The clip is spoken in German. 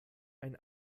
ein